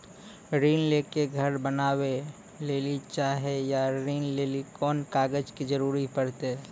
ऋण ले के घर बनावे लेली चाहे या ऋण लेली कोन कागज के जरूरी परतै?